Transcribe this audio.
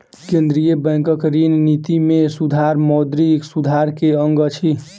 केंद्रीय बैंकक ऋण निति में सुधार मौद्रिक सुधार के अंग अछि